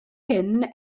hyn